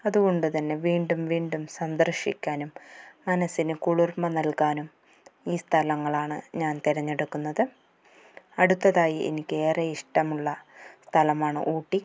അതുകൊണ്ട് തന്നെ വീണ്ടും വീണ്ടും സന്ദർശ്ശിക്കാനും മനസ്സിന് കുളിർമ്മ നൽകാനും ഈ സ്ഥലങ്ങളാണ് ഞാൻ തിരഞ്ഞെടുക്കുന്നത് അടുത്തതായി എനിക്ക് ഏറെ ഇഷ്ടമുള്ള സ്ഥലമാണ് ഊട്ടി